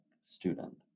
student